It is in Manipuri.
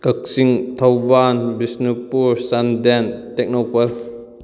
ꯀꯛꯆꯤꯡ ꯊꯧꯕꯥꯜ ꯕꯤꯁꯅꯨꯄꯨꯔ ꯆꯥꯟꯗꯦꯜ ꯇꯦꯛꯅꯧꯄꯜ